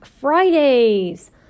Fridays